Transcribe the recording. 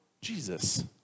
Jesus